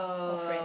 or friend